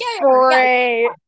great